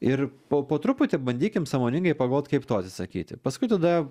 ir po po truputį bandykim sąmoningai pagalvot kaip to atsisakyti paskui tada